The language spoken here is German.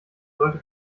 sollte